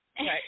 Right